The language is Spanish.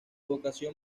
vocación